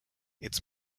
its